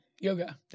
Yoga